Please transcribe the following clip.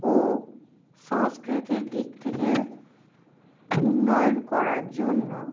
ও সংস্কৃতির দিক থেকে উন্নয়ন করার জন্য